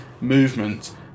movement